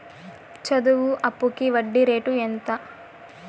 చదువు అప్పుకి వడ్డీ రేటు ఎంత?